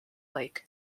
lake